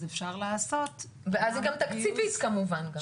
אפשר לעשות --- ואז גם תקציבית כמובן.